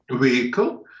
vehicle